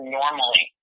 normally